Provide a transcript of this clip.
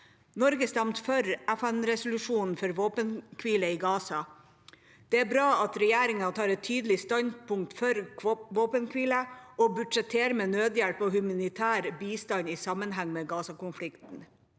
Norge stemte for FN-resolusjonen for våpenhvile i Gaza. Det er bra at regjeringa tar et tydelig standpunkt for våpenhvile og budsjetterer med nødhjelp og humanitær bistand i sammenheng med Gaza-konflikten.